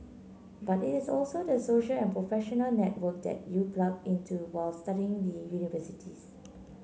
but it is also the social and professional network that you plug into while studying the universities